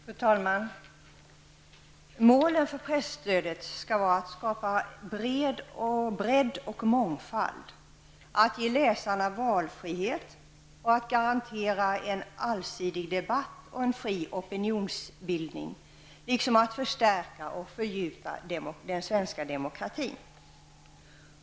Fru talman! Målet för presstödet skall vara att skapa bredd och mångfald, att ge läsarna valfrihet, att garantera en allsidig debatt och en fri opinionsbildning samt att förstärka och fördjupa den svenska demokratin.